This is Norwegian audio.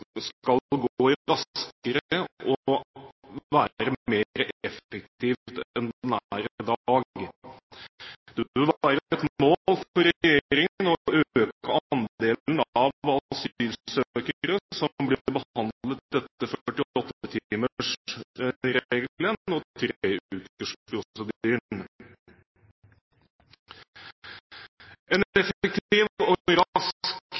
skal gå raskere og være mer effektiv enn den er i dag. Det bør være et mål for regjeringen å øke andelen av asylsøkere som blir behandlet etter 48-timersregelen og treukersprosedyren. En effektiv og rask behandlingsprosedyre er avgjørende for å sikre troverdigheten til asylinstituttet. Asylsøkere skal slippe å gå i mange måneder – og